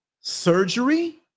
surgery